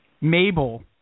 Mabel